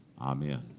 amen